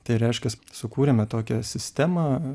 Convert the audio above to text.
tai reiškias sukūrėme tokią sistemą